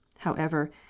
however,